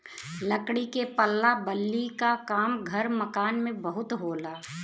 लकड़ी के पल्ला बल्ली क काम घर मकान में बहुत होला